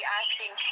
asking